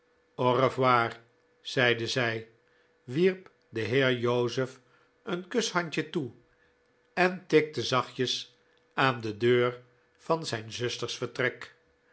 zeide zij wierp den heer joseph een kushandje toe en tikte zachtjes aan de deur van zijn zusters vertrek